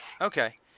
Okay